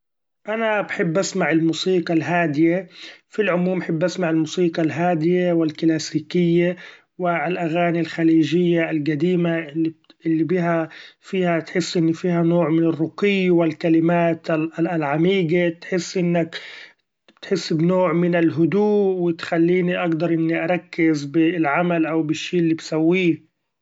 أنا بحب أسمع الموسيقي الهاديي ف العموم بحب أسمع الموسيقي الهاديي و الكلاسيكيي و الأغاني الخليجية القديمة الي بها فيها تحس إن فيها نوع من الرقي و الكلمات العميقة تحس إنك بتحس بنوع من الهدوء ، و تخليني اقدر إني اركز ب العمل أو بالشي اللي بسويه.